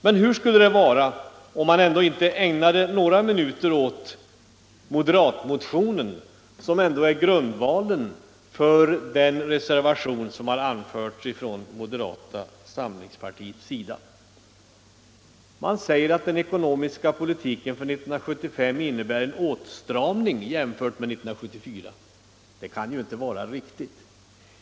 Jag bör då i stället ägna några minuter åt moderatmotionen nr 1020, som ändå är grundvalen för den reservation som har avgivits från mo derata samlingspartiets sida. Man säger i motionen att den ekonomiska politiken för 1975 innebär en åtstramning jämfört med 1974. Det är inte riktigt.